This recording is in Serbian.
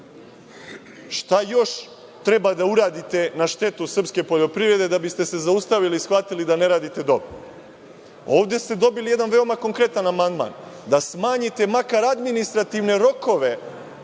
Šta još treba da uradite na štetu srpske poljoprivrede da biste se zaustavili i shvatili da ne radite dobro? Ovde ste dobili jedan veoma konkretan amandman, da smanjite makar administrativne rokove